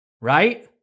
right